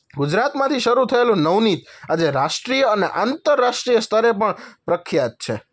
ગુજરાતમાંથી શરૂ થયેલું નવનીત આજે રાષ્ટ્રીય અને આંતરરાષ્ટ્રીય સ્તરે પણ પ્રખ્યાત છે